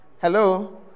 Hello